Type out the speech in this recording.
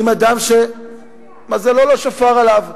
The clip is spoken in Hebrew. עם אדם שמזלו לא שפר עליו.